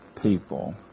people